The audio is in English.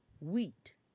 wheat